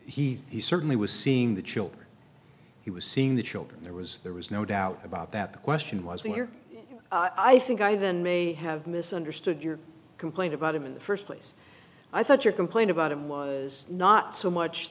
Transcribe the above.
because he certainly was seeing the children he was seeing the children there was there was no doubt about that the question was here i think i even may have misunderstood your complaint about him in the first place i thought your complaint about him was not so much